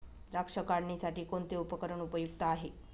द्राक्ष काढणीसाठी कोणते उपकरण उपयुक्त आहे?